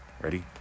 ready